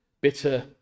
bitter